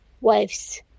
wives